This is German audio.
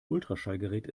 ultraschallgerät